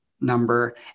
number